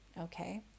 okay